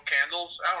candles